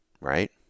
right